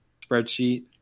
spreadsheet